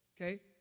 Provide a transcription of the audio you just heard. okay